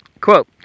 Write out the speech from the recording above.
Quote